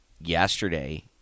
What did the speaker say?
yesterday